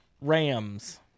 Rams